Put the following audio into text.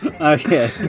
Okay